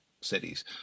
cities